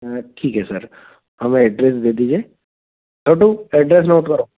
ठीक है सर हमें एड्रेस दे दीजिए छोटू एड्रेस नोट करो